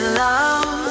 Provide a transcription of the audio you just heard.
love